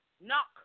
knock